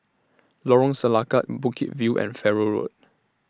Lorong Selangat Bukit View and Farrer Road